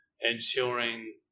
ensuring